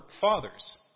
fathers